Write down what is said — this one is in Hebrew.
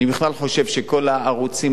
אני בכלל חושב שכל הערוצים,